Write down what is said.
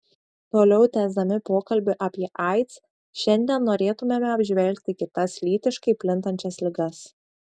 toliau tęsdami pokalbį apie aids šiandien norėtumėme apžvelgti kitas lytiškai plintančias ligas